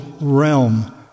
realm